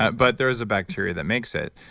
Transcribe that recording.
but but there's a bacteria that makes it.